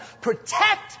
protect